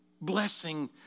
blessing